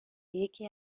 یکی